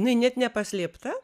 jinai net nepaslėpta